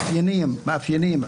או מאפיינים,